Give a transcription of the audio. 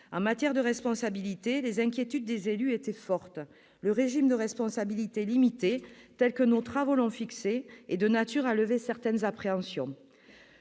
En matière de responsabilité, les inquiétudes des élus étaient fortes. Le régime de responsabilité limitée, tel que nos travaux l'ont fixé, est de nature à lever certaines appréhensions.